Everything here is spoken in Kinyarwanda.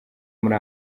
muri